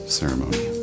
ceremony